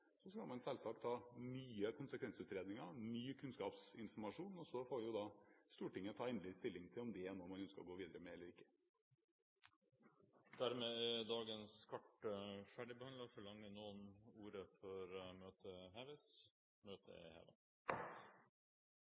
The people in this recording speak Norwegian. skal man selvsagt ha nye konsekvensutredninger, ny kunnskapsinformasjon. Så får Stortinget ta endelig stilling til om det er noe man ønsker å gå videre med eller ikke. Dette spørsmålet er utsatt til neste spørretime. Dette spørsmålet er utsatt til neste spørretime. Det foreligger ikke noe referat. Dermed er